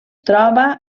troba